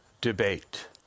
Debate